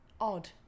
odd